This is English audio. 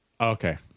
Okay